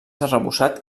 arrebossat